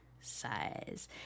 size